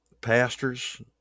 pastors